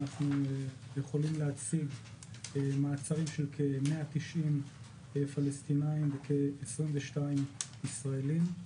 אנחנו יכולים להציג מעצרים של כ-190 פלסטינים וכ-22 ישראלים.